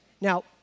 Now